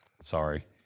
Sorry